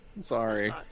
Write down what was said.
sorry